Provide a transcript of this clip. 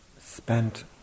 spent